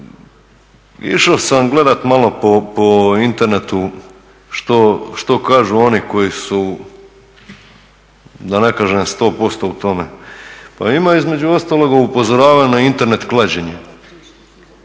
išao sam gledati malo po internetu što kažu oni koji su, da ne kažem 100% u tome, pa ima između ostaloga upozorenja na Internet klađenje.